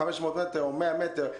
500 מטר או 100 מטר,